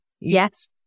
Yes